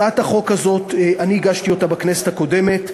הצעת החוק הזאת, אני הגשתי אותה בכנסת הקודמת.